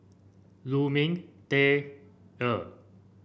Lu Ming Teh Earl